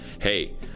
Hey